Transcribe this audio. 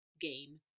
game